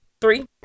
Three